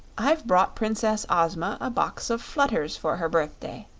i've brought princess ozma a box of flutters for her birthday,